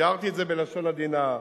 תיארתי את זה בלשון עדינה.